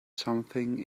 something